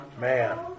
man